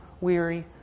weary